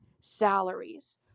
salaries